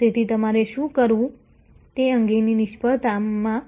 તેથી તમારે શું કરવું તે અંગેની નિષ્ફળતામાં